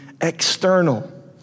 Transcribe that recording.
external